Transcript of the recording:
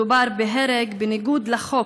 מדובר בהרג בניגוד לחוק,